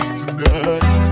tonight